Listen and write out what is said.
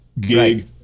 gig